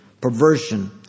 perversion